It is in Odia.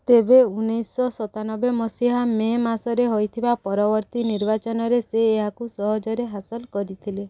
ତେବେ ଉନେଇଶିଶହ ସତାନବେ ମସିହା ମେ ମାସରେ ହେଇଥିବା ପରବର୍ତ୍ତୀ ନିର୍ବାଚନରେ ସେ ଏହାକୁ ସହଜରେ ହାସଲ କରିଥିଲେ